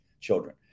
children